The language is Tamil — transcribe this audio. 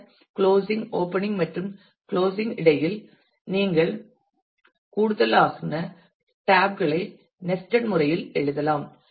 பின்னர் கிளோசிங் ஓபனிங் மற்றும் கிளோசிங் இடையில் நீங்கள் கூடுதலான டாப் களை நெஸ்ட்அட் முறையில் எழுதலாம்